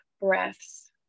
breaths